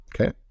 Okay